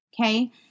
okay